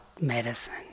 medicine